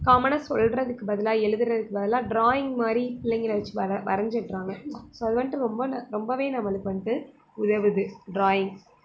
காமனாக சொல்கிறதுக்கு பதிலாக எழுதுறதுக்கு பதிலாக ட்ராயிங் மாதிரி பிள்ளைங்களை வச்சு வரை வரைஞ்சிட்றாங்க ஸோ அது வந்துட்டு ரொம்ப ந ரொம்பவே நம்மளுக்கு வந்துட்டு உதவுது ட்ராயிங்